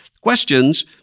Questions